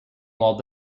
wall